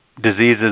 diseases